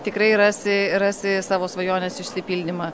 tikrai rasi rasi savo svajonės išsipildymą